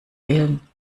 willen